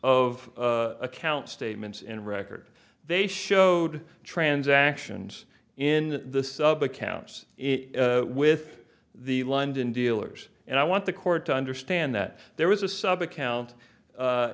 of account statements and record they showed transactions in the sub accounts with the london dealers and i want the court to understand that there was a sub account